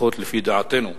לפחות לפי דעתנו,